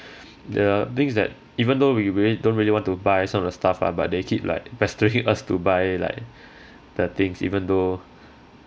the thing is that even though we really don't really want to buy some of the stuff ah but they keep like pestering us to buy like the things even though